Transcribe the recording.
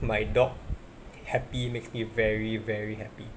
my dog happy makes me very very happy